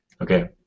Okay